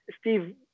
Steve